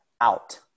out